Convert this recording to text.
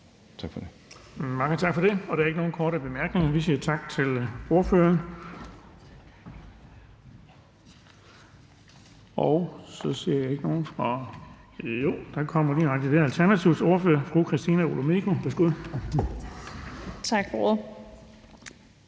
Tak for det.